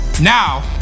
Now